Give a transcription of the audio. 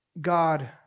God